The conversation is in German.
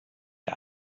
der